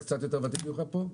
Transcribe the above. אני קצת יותר ותיק ממך כאן,